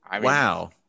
Wow